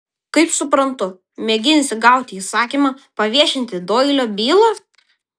kaip suprantu mėginsi gauti įsakymą paviešinti doilio bylą